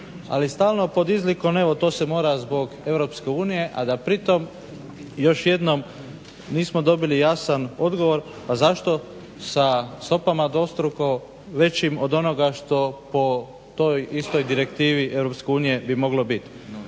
ali stalno pod izlikom to se mora zbog EU, a da pri tom još jednom nismo dobili jasan odgovor, a zašto sa stopama dvostruko većim od onoga što po toj istoj direktivi EU bi moglo biti.